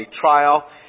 trial